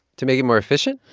to make it more efficient?